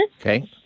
Okay